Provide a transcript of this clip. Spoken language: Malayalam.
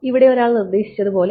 ഇവിടെ ഒരാൾ നിർദ്ദേശിച്ചതുപോലെ